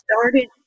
started